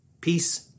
peace